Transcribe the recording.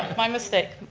my mistake.